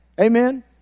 Amen